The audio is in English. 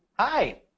Hi